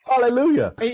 Hallelujah